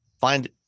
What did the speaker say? find